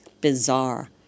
bizarre